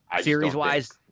Series-wise